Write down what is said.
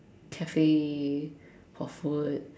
cafe for food